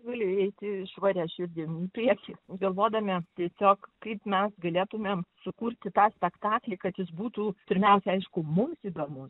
gali eiti švaria širdim į priekį galvodami tiesiog kaip mes galėtumėm sukurti tą spektaklį kad jis būtų pirmiausia aišku mums įdomus